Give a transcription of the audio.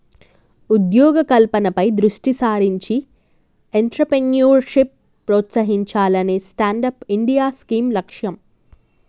ఉద్యోగ కల్పనపై దృష్టి సారించి ఎంట్రప్రెన్యూర్షిప్ ప్రోత్సహించాలనే స్టాండప్ ఇండియా స్కీమ్ లక్ష్యం